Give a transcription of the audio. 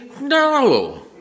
No